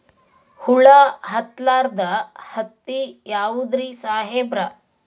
ಹುಳ ಹತ್ತಲಾರ್ದ ಹತ್ತಿ ಯಾವುದ್ರಿ ಸಾಹೇಬರ?